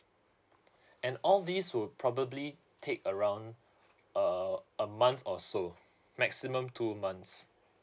and all these would probably take around uh a month or so maximum two months